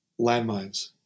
landmines